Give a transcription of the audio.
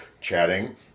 chatting